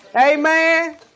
Amen